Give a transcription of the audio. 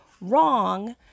wrong